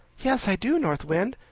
yes, i do, north wind.